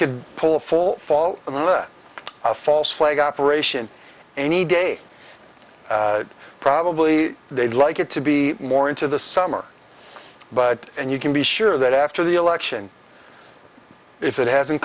could poll fall fall on a false flag operation any day probably they'd like it to be more into the summer but and you can be sure that after the election if it hasn't